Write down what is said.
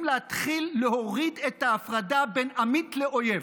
להתחיל להוריד את ההפרדה בין עמית לאויב.